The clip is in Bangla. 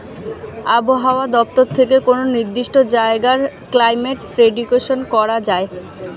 আবহাওয়া দপ্তর থেকে কোনো নির্দিষ্ট জায়গার ক্লাইমেট প্রেডিকশন করা যায়